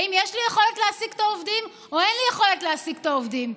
האם יש לי יכולת להעסיק את העובדים או אין לי יכולת להעסיק את העובדים,